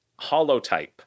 Holotype